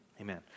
Amen